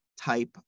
type